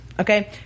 okay